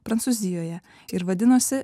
prancūzijoje ir vadinosi